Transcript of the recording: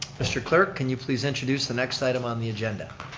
mr. clerk can you please introduce the next item on the agenda.